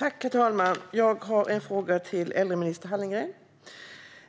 Herr talman! Jag har en fråga till äldreminister Hallengren.